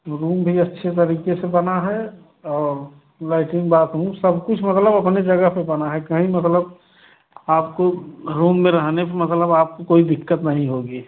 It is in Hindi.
रूम भी अच्छे तरीक़े से बना है और लैट्रिन बाथरूम सब कुछ मतलब अपने जगह पर बना है कहीं मतलब आपको रूम में रहने के मतलब आपको कोई दिक़्क़त नहीं होगी